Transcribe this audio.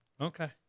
Okay